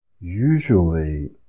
usually